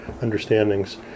understandings